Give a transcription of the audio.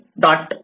y p